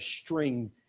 string